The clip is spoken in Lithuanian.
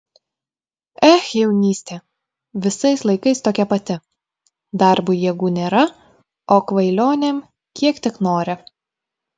ech jaunystė visais laikais tokia pati darbui jėgų nėra o kvailionėm kiek tik nori